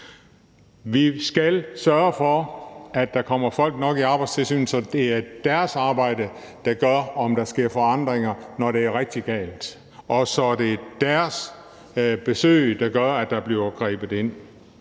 Vi skal sørge for, at der kommer folk nok i Arbejdstilsynet, så det er deres arbejde, der gør, at der sker forandringer, når det er rigtig galt. Og så er det deres besøg, der gør, at der bliver grebet ind.